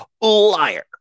liar